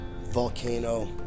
volcano